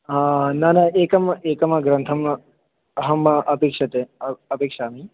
हा न न एकम् एकं ग्रन्थम् अहम् अपेक्षते अपेक्षामि